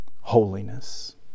holiness